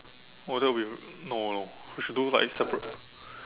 oh I thought we no no we should do like separate